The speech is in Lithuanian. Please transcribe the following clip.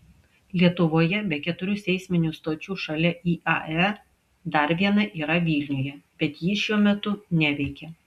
lietuvoje be keturių seisminių stočių šalia iae dar viena yra vilniuje bet ji šiuo metu neveikia